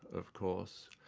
of course,